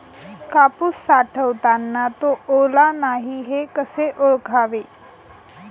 कापूस साठवताना तो ओला नाही हे कसे ओळखावे?